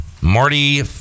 Marty